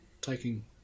taking